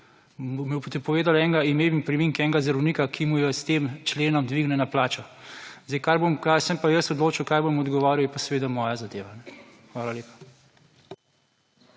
boste povedali enega, ime in priimek enega zdravnika, ki mu je s tem členom dvignjena plača. Zdaj, kar bom, kar se bom pa jaz odločil, kaj bom odgovoril, je pa seveda moja zadeva. Hvala lepa.